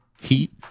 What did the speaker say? heat